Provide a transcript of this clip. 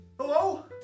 Hello